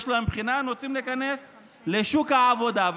יש להם בחינה, הם רוצים להיכנס לשוק העבודה.